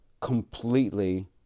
completely